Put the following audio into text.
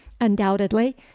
Undoubtedly